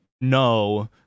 no